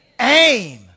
Aim